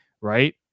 right